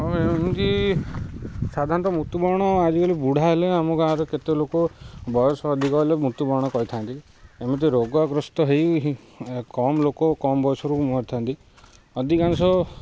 ହଁ ଏମିତି ସାଧାରଣତଃ ମୃତ୍ୟୁବରଣ ଆଜିକାଲି ବୁଢ଼ା ହେଲେ ଆମ ଗାଁରେ କେତେ ଲୋକ ବୟସ ଅଧିକ ହେଲେ ମୃତ୍ୟୁବରଣ କରିଥାନ୍ତି ଏମିତି ରୋଗଗ୍ରସ୍ତ ହେଇ କମ୍ ଲୋକ କମ୍ ବୟସରୁ ମରିଥାନ୍ତି ଅଧିକାଂଶ